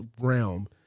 realm